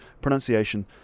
pronunciation